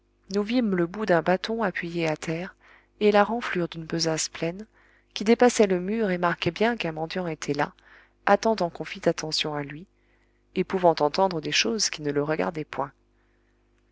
nous vîmes le bout d'un bâton appuyé à terre et la renflure d'une besace pleine qui dépassaient le mur et marquaient bien qu'un mendiant était là attendant qu'on fît attention à lui et pouvant entendre des choses qui ne le regardaient point